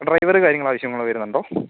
driver കാര്യങ്ങൾ ആവശ്യങ്ങൾ വരുന്നുണ്ടോ